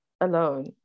alone